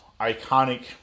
iconic